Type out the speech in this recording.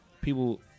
people